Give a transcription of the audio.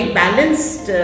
balanced